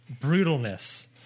Brutalness